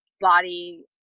body